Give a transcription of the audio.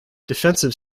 defensive